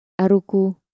Aruku